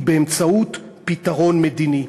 היא באמצעות פתרון מדיני.